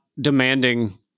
demanding